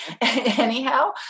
anyhow